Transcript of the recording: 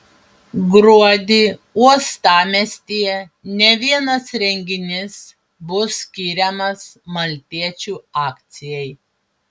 gruodį uostamiestyje ne vienas renginys bus skiriamas maltiečių akcijai